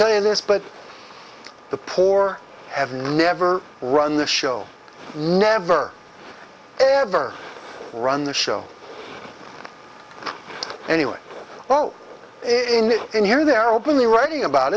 tell you this but the poor have never run the show never ever run the show anyway oh in in here they're openly writing about